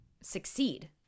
succeed